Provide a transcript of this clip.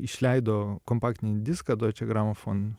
išleido kompaktinį diską doiče gramfon